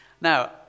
Now